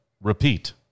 Repeat